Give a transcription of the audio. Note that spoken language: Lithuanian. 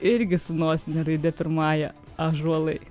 irgi su nosine raide pirmąja ąžuolai